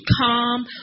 calm